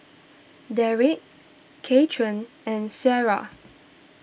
Darrick Kathern and Shara